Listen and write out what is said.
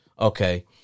Okay